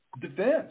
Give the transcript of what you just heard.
defense